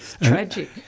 Tragic